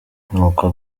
nuko